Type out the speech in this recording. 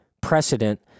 precedent